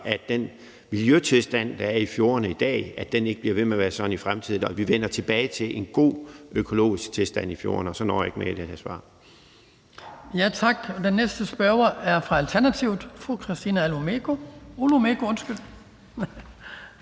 at den miljøtilstand, der er i fjordene i dag, ikke bliver ved med at være sådan i fremtiden, og at vi vender tilbage til en god økologisk tilstand i fjordene. Og så når jeg ikke mere i det her svar. Kl. 15:45 Den fg. formand (Hans Kristian Skibby): Tak. Den næste spørger er fra Alternativet, fru Christina Olumeko.